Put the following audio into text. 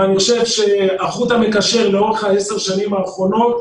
אבל אני חושב שהחוט המקשר לאורך עשר השנים האחרונות,